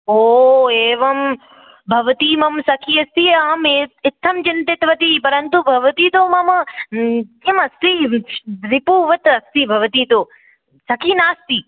ओ एवं भवती मम सखी अस्ति अहम् ए इत्थं चिन्तितवती परन्तु भवती तु मम किम् अस्ति रिपुवत् अस्ति भवती तु सखी नास्ति